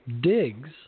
digs